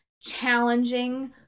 challenging